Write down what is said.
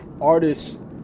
artists